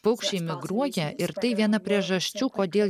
paukščiai migruoja ir tai viena priežasčių kodėl